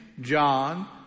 John